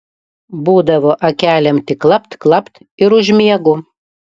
būdavo akelėm tik klapt klapt ir užmiegu